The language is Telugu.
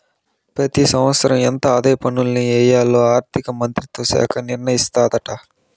పెతి సంవత్సరం ఎంత ఆదాయ పన్నుల్ని ఎయ్యాల్లో ఆర్థిక మంత్రిత్వ శాఖ నిర్ణయిస్తాదాట